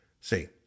see